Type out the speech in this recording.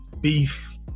beef